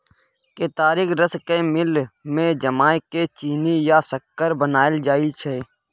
केतारीक रस केँ मिल मे जमाए केँ चीन्नी या सक्कर बनाएल जाइ छै